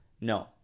No